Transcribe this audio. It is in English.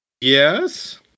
Yes